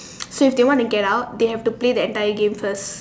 so if they want to get out they have to play the entire game first